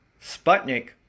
Sputnik